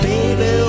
Baby